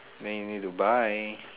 then you need to buy